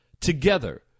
together